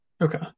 Okay